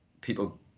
people